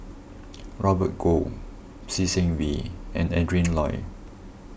Robert Goh Lee Seng Wee and Adrin Loi